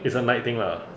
is a night thing lah